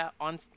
on